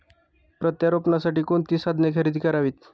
प्रत्यारोपणासाठी कोणती साधने खरेदी करावीत?